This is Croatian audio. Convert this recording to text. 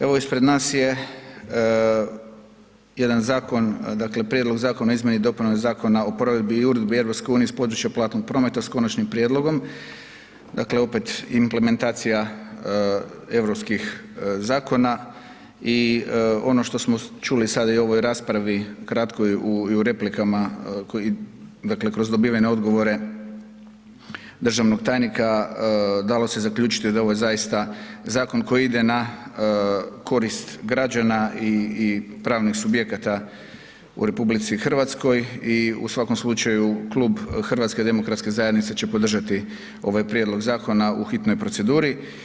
Evo ispred nas je jedan zakon, dakle Prijedlog zakona o izmjenama i dopunama Zakona o provedbi uredbi EU s područja platnog prometa s konačnim prijedlogom, dakle opet implementacija europskih zakona i ono što smo čuli sada i u ovoj raspravi kratkoj i u replika kroz dobivene odgovore državnog tajnika dalo se zaključiti da je ovo zaista zakon koji ide na korist građana i pravnih subjekata u RH i u svakom slučaju klub HDZ-a će podržati ovaj prijedlog zakona u hitnoj proceduri.